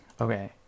Okay